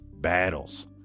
battles